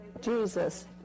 Jesus